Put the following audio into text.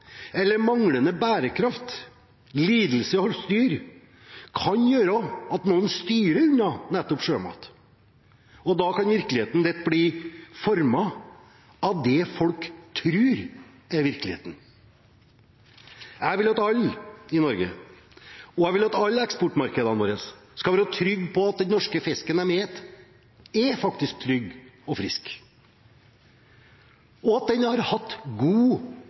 eller lidelse hos dyr kan gjøre at noen styrer unna nettopp sjømat. Da kan virkeligheten lett bli formet av det folk tror er virkeligheten. Jeg vil at alle i Norge – og alle eksportmarkedene våre – skal være trygge på at den norske fisken de spiser, faktisk er trygg og frisk, og at den har hatt god